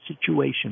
situation